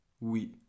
Oui